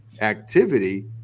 activity